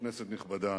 כנסת נכבדה,